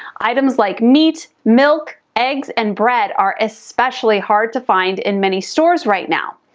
items like meat, milk, eggs, and bread are especially hard to find in many stores right now.